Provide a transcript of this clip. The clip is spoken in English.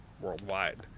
worldwide